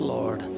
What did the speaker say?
Lord